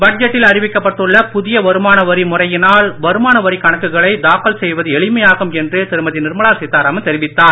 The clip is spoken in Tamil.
பட்ஜெட்டில் அறிவிக்கப்பட்டுள்ள புதிய வருமான வரி முறையினால் வருமான வரிக் கணக்குகளை தாக்கல் செய்வது எளிமையாகும் என்று திருமதி நிர்மலா சீதாராமன் தெரிவித்தார்